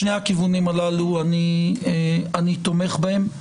שני הכיוונים הללו, אני תומך בהם.